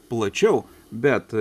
plačiau bet